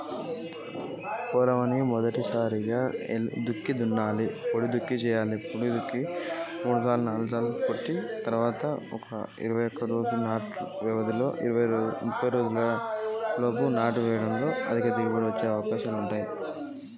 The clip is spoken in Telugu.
ఖరీఫ్ సీజన్లో పంటల దిగుబడి అధికంగా వచ్చే వంగడాల పేర్లు చెప్పండి?